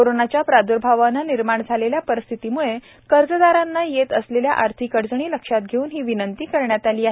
कोरोनाच्या प्रादुर्भावानं निर्माण झालेल्या परिस्थितीमुळे कर्जदारांना येत असलेल्या आर्थिक अडचणी लक्षात घेऊन ही विनंती केली आहे